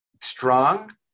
strong